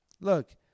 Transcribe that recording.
look